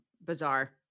bizarre